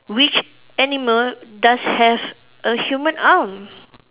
which animal does have a human arm